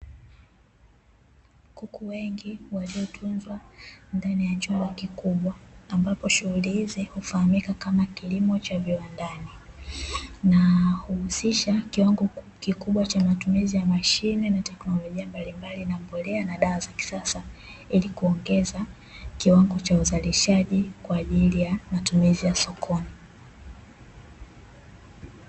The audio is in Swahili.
Kuku wengi waliotunzwa ndani ya chumba kikubwa ambapo shughuli hizi hufahamika kama kilimo cha viwandani, na huhusisha kiwango kikubwa cha matumizi ya mashine na teknolojia mbalimbali na mbolea na dawa za kisasa, ili kuongeza kiwango cha uzalishaji kwa ajili ya matumizi ya sokoni.